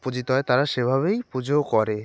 পূজিত হয় তারা সেভাবেই পুজো করে